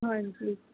ਹਾਂਜੀ